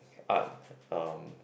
art uh